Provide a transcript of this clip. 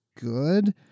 good